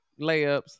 layups